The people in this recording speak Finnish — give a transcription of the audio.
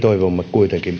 kuitenkin